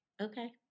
Okay